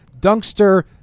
dunkster